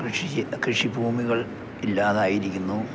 കൃഷി ചെയ്ത കൃഷി ഭൂമികൾ ഇല്ലാതായിരിക്കുന്നു